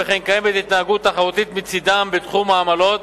וכן קיימת התנהגות תחרותית מצדם בתחום העמלות,